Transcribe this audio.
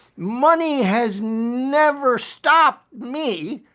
money has never stopped me.